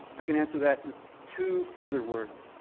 can answer that with two further words,